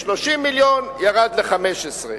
מ-30 מיליון התקציב ירד ל-15 מיליון.